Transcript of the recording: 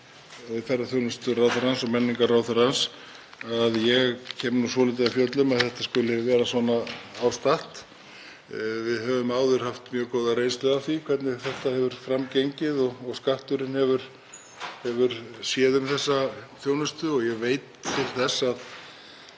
ferðaþjónusturáðherrans og menningarráðherrans, að ég kem svolítið af fjöllum, að það skuli vera svona ástatt. Við höfum áður haft mjög góða reynslu af því hvernig þetta hefur gengið fram og Skatturinn hefur séð um þessa þjónustu. Ég veit til þess að